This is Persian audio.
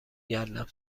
گردم